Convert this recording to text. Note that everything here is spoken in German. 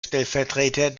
stellvertreter